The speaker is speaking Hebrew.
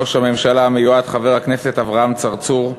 ראש הממשלה המיועד חבר הכנסת אברהם צרצור,